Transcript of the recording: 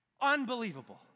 Unbelievable